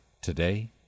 today